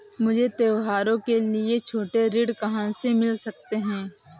मुझे त्योहारों के लिए छोटे ऋृण कहां से मिल सकते हैं?